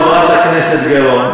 חברת הכנסת גלאון,